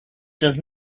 does